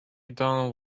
donald